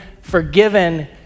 forgiven